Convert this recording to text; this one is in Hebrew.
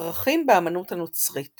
הפרחים באמנות הנוצרית